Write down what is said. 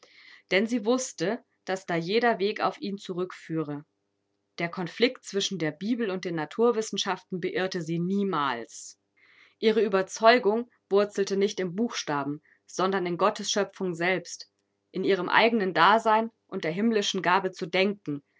denn sie wußte daß da jeder weg auf ihn zurückführe der konflikt zwischen der bibel und den naturwissenschaften beirrte sie niemals ihre ueberzeugung wurzelte nicht im buchstaben sondern in gottes schöpfung selbst in ihrem eigenen dasein und der himmlischen gabe zu denken